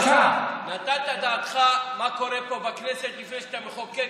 נתת דעתך מה קורה פה בכנסת לפני שאתה מחוקק,